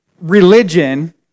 religion